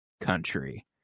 country